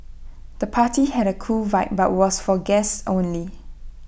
the party had A cool vibe but was for guests only